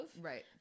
Right